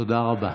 תודה רבה.